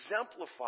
exemplify